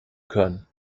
können